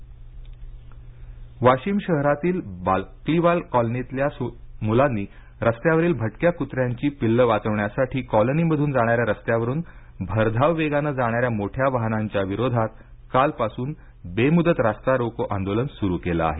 वाशीम वाशीम शहरातील बाकलिवाल कॉलनीतल्या मुलांनी रस्त्यावरील भटक्या कुत्र्यांची पिल्लं वाचवण्यासाठी कॉलनीमधून जाणाऱ्या रस्त्यावरून भरधाव वेगानं जाणाऱ्या मोठ्या वाहनांच्या विरोधात कालपासून बेमुदत रस्ता रोको आंदोलन सुरु केलं आहे